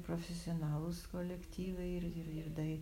profesionalūs kolektyvai ir ir ir dai